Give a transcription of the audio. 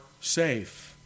safe